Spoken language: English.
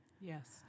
Yes